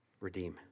redeem